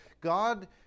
God